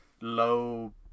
low